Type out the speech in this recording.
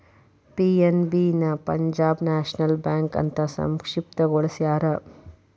PNB ನ Punjab National Bank ಅಂತ ಸಂಕ್ಷಿಪ್ತ ಗೊಳಸ್ಯಾರ